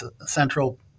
Central